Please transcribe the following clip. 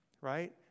right